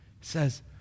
says